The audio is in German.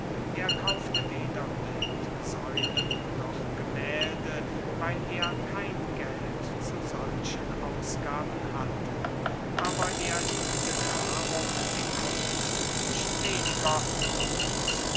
er kaufte weder bildsäulen noch gemählde weil er kein geld zu solchen ausgaben hatte aber er liebte darum die kunst nicht weniger und